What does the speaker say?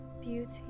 beauty